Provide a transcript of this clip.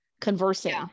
conversing